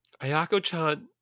Ayako-chan